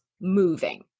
moving